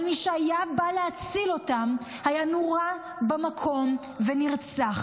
אבל מי שהיה בא להציל אותם היה נורה במקום ונרצח.